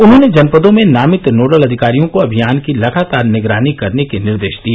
उन्हॉने जनपदों में नामित नोडल अधिकारियों को अभियान की लगातार निगरानी करने के निर्देश दिए